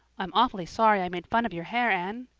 i'm awfully sorry i made fun of your hair, anne,